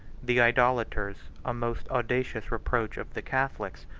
the idolaters, a most audacious reproach of the catholics,